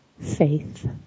faith